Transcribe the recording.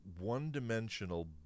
one-dimensional